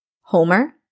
Homer